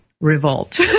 revolt